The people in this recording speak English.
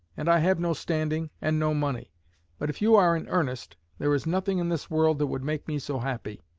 and i have no standing and no money but if you are in earnest, there is nothing in this world that would make me so happy.